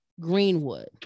Greenwood